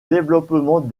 développement